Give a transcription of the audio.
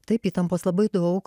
taip įtampos labai daug